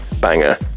banger